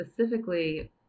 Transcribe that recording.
specifically